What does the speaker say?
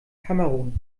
kamerun